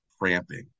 cramping